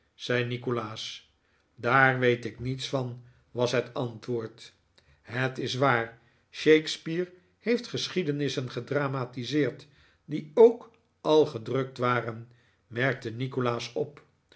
zei nikolaas daar weet ik niets van was het antwoord het is waar shakespeare heeft geschiedenissen gedramatiseerd die ook al gedrukt waren merkte nikolaas op